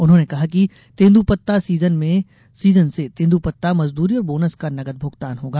उन्होंने कहा कि तेंद्रपत्ता सीजन से तेंद्रपत्ता मजद्री और बोनस का नगद भुगतान होगा